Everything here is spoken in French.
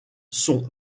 sont